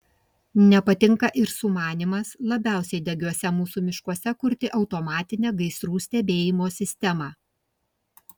nepatinka ir sumanymas labiausiai degiuose mūsų miškuose kurti automatinę gaisrų stebėjimo sistemą